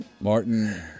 martin